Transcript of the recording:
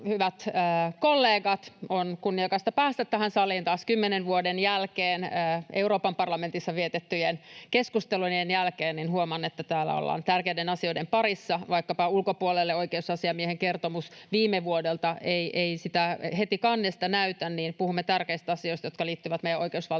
hyvät kollegat! On kunniakasta päästä tähän saliin taas kymmenen vuoden jälkeen. Euroopan parlamentissa vietettyjen vuosien keskustelujen jälkeen huomaan, että täällä ollaan tärkeiden asioiden parissa. Vaikka ulkopuolelle oikeusasiamiehen kertomus viime vuodelta ei sitä heti kannesta näytä, niin puhumme tärkeistä asioista, jotka liittyvät meidän oikeusvaltioperiaatteeseen,